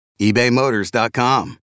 ebaymotors.com